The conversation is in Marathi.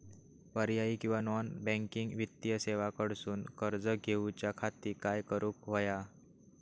पर्यायी किंवा नॉन बँकिंग वित्तीय सेवा कडसून कर्ज घेऊच्या खाती काय करुक होया?